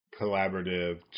collaborative